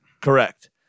Correct